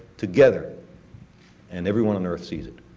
together and everyone on earth sees it.